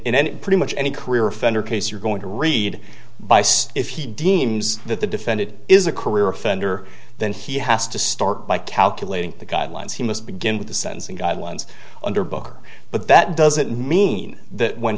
in and pretty much any career offender case you're going to read by so if he deems that the defendant is a career offender then he has to start by calculating the guidelines he must begin with the sentencing guidelines under booker but that doesn't mean that when